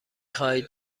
خواهید